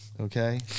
Okay